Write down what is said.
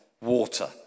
water